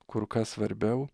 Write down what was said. kur kas svarbiau